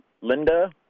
Linda